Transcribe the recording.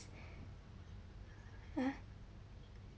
ah